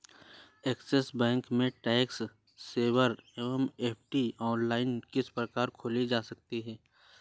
Axis bank में tax saver FD online किस प्रकार खोली जा सकती है?